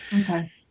Okay